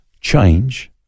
change